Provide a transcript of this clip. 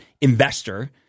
Investor